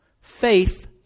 Faith